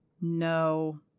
no